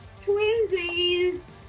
Twinsies